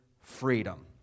freedom